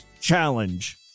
challenge